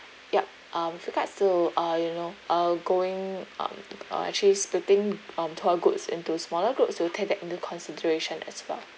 yup um with regards to uh you know uh going uh uh actually splitting um tour groups into smaller groups we'll take that into consideration as well